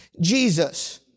Jesus